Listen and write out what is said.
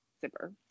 zipper